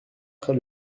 près